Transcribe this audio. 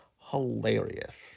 hilarious